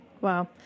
Wow